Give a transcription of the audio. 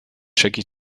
jackie